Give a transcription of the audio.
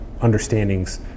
understandings